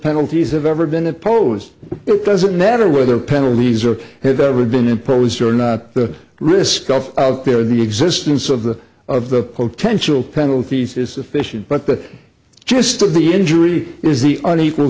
penalties have ever been opposed it doesn't matter whether penalties or have ever been imposed are not the risk of out there in the existence of the of the potential penalties is sufficient but the gist of the injury is the unequal